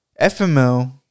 fml